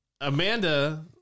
Amanda